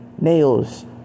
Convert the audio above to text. nails